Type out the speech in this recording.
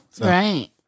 Right